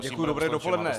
Děkuji, dobré dopoledne.